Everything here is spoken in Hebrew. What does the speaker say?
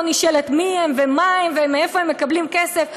נשאלת מי הם ומה הם ומאיפה הם מקבלים כסף.